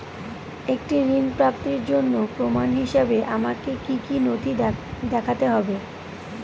একটি ঋণ প্রাপ্তির জন্য প্রমাণ হিসাবে আমাকে কী কী নথি দেখাতে হবে?